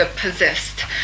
possessed